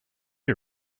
you